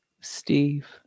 Steve